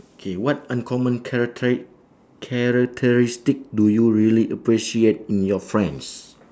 K what uncommon characteri~ characteristic do you really appreciate in your friends